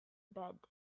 bed